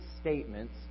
statements